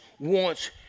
Wants